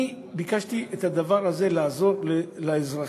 אני ביקשתי את הדבר הזה כדי לעזור לאזרחים,